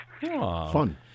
Fun